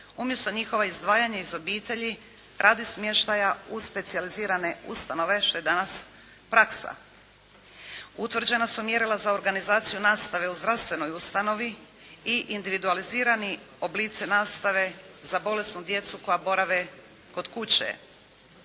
umjesto njihova izdvajanja iz obitelji radi smještaja u specijalizirane ustanove, što je danas praksa. Utvrđena su mjerila za organizaciju nastave u zdravstvenoj ustanovi i individualizirani oblici nastave za bolesnu djecu koja borave kod kuće.